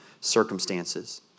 circumstances